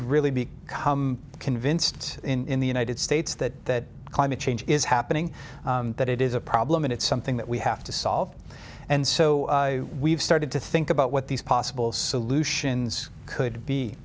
really be become convinced in the united states that climate change is happening that it is a problem and it's something that we have to solve and so we've started to think about what these possible solutions could be